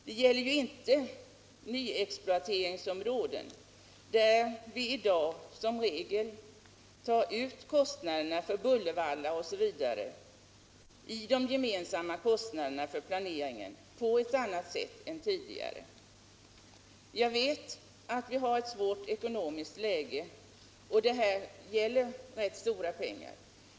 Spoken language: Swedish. Det gäller inte nyexploateringsområden, där vi i dag som regel planerar in utgifterna för bullervallar osv. i de gemensamma kostnaderna på ett annat sätt än tidigare. Jag vet att vi har ett svårt ekonomiskt läge och att det här gäller rätt stora pengar.